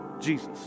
Jesus